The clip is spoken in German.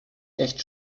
echt